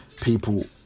people